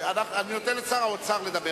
האם השר האסטרטגי,